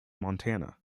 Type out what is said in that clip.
montana